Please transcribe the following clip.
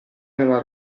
nella